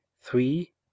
three